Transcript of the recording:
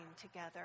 together